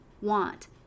want